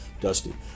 dusty